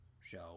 show